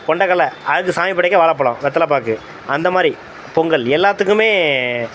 கொண்டைக் கல்லை அது சாமி படைக்க வாழப் பழம் வெத்தலை பாக்கு அந்த மாதிரி பொங்கல் எல்லாத்துக்குமே